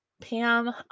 Pam